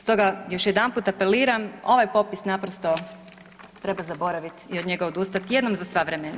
Stoga još jedanput apeliram, ovaj popis naprosto treba zaboraviti i od njega odustati jednom za sva vremena.